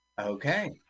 Okay